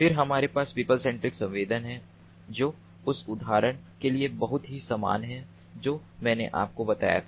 फिर हमारे पास पीपल सेंट्रिक संवेदन है जो उस उदाहरण के बहुत ही समान हैं जो मैंने आपको बताया था